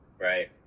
right